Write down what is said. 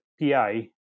PI